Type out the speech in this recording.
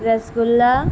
رس گلا